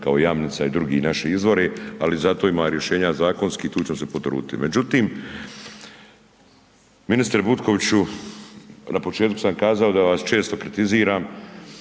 kao Jamnica i drugi naši izvori ali zato ima rješenja zakonskih, tu ćemo se potruditi. Međutim ministre Butkoviću, na početku sam kazao da vaš često kritiziram